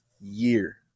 year